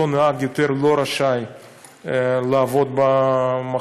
אותו נהג לא רשאי עוד לעבוד במחסומים.